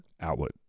outlet